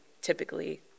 typically